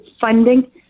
funding